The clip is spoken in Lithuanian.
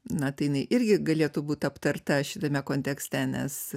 na tai jinai irgi galėtų būt aptarta šitame kontekste nes